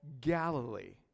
Galilee